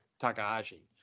Takahashi